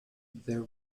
there